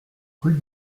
rue